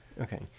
Okay